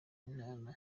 intara